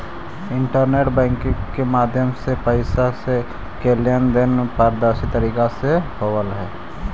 internet banking के माध्यम से पैइसा के लेन देन पारदर्शी तरीका से होवऽ हइ